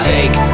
Take